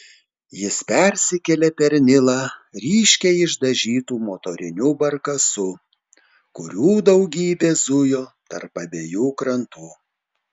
jis persikėlė per nilą ryškiai išdažytu motoriniu barkasu kurių daugybė zujo tarp abiejų krantų